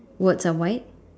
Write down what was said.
words are white